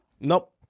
Nope